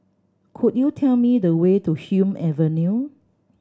could you tell me the way to Hume Avenue